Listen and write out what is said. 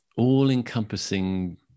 all-encompassing